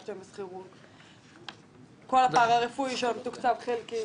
שהם בשכירות; כל הפארא-רפואי שמתוקצב חלקית.